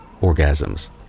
orgasms